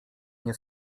nie